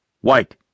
White